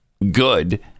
Good